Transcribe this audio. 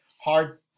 Hard